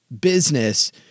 business